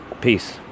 Peace